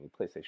PlayStation